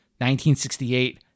1968